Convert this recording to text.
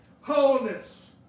wholeness